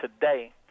today